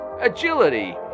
agility